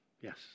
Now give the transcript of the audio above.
Yes